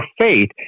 faith